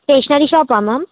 stationery షాపా ma'am